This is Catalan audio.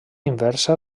inversa